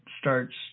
starts